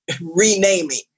renaming